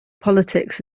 politics